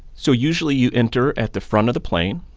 so usually, you enter at the front of the plane,